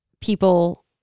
people